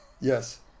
Yes